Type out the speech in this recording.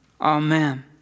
Amen